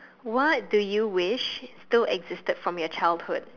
what do you wish still existed from your childhood